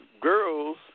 girls